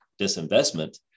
disinvestment